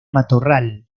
matorral